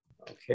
Okay